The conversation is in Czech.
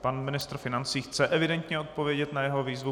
Pan ministr financí chce evidentně odpovědět na jeho výzvu.